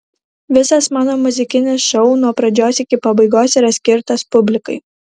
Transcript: visas mano muzikinis šou nuo pradžios iki pabaigos yra skirtas publikai